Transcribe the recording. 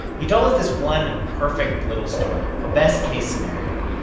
he told us this one perfect little story, a best-case scenario,